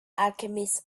alchemist